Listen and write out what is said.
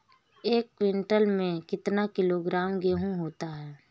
एक क्विंटल में कितना किलोग्राम गेहूँ होता है?